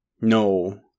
No